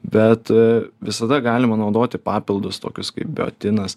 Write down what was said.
bet visada galima naudoti papildus tokius kaip biotinas